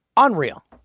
Unreal